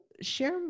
share